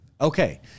Okay